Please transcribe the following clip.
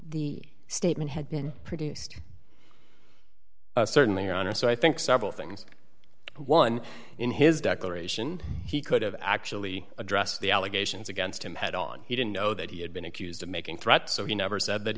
the statement had been produced certainly on or so i think several things one in his declaration he could have actually address the allegations against him head on he didn't know that he had been accused of making threats so he never said that